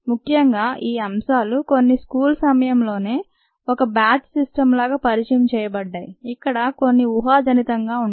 ముఖ్యంగా ఈ అంశాలు కొన్ని స్కూల్ సమయంలోనే ఒక బ్యాచ్ సిస్టమ్ లాగా పరిచయం చేయబడ్డాయి ఇక్కడ కొన్ని ఊహాజనితంగా ఉంటాయి